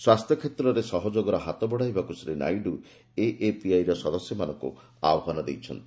ସ୍ୱାସ୍ଥ୍ୟ କ୍ଷେତ୍ରରେ ସହଯୋଗର ହାତ ବଢ଼ାଇବାକୁ ଶ୍ରୀ ନାଇଡୁ ଏଏପିଆଇର ସଦସ୍ୟମାନଙ୍କୁ ଆହ୍ୱାନ ଦେଇଛନ୍ତି